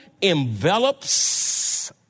envelops